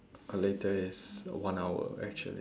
later is one hour actually